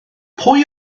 pwy